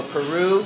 Peru